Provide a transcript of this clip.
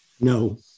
no